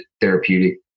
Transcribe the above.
therapeutic